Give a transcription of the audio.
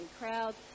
crowds